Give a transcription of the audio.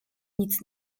nic